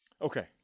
Okay